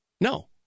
no